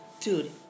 dude